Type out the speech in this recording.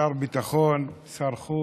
שר ביטחון, שר חוץ,